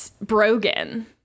Brogan